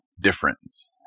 difference